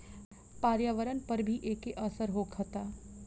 पर्यावरण पर भी एके असर होखता